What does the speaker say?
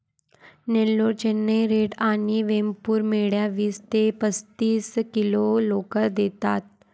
Nellore, Chennai red आणि वेमपूर मेंढ्या वीस ते पस्तीस किलो लोकर देतात